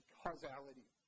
causality